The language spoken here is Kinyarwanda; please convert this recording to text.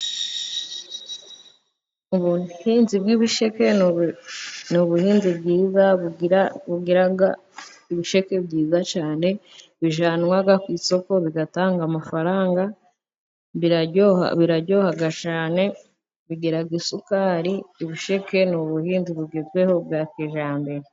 Ubuhinzi bw'ibisheke n'ubuhinzi bwiza bugira ibisheke byiza cyane, bijyanwa ku isoko bigatanga amafaranga, biraryoha cyane bigira isukari, ibisheke ni ubuhinzi bugezweho bwa kijyambere.